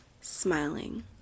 smiling